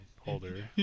holder